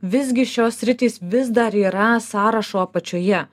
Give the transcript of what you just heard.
visgi šios sritys vis dar yra sąrašo apačioje